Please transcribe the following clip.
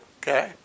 Okay